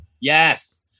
Yes